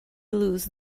lose